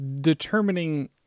Determining